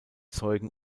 zeugen